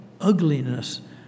ugliness